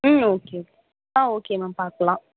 ம் ஓகே ஆ okay ma'am பார்க்கலாம்